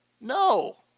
no